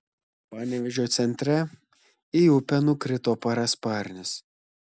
panevėžio centre į upę nukrito parasparnis